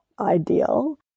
ideal